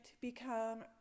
become